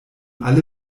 alle